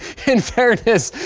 in fairness,